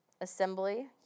assembly